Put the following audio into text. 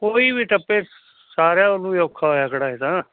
ਕੋਈ ਵੀ ਟੱਪੇ ਸਾਰਿਆਂ ਨੂੰ ਹੀ ਔਖਾ ਹੋਇਆ ਖੜ੍ਹਾ ਇਹ ਤਾਂ